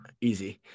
easy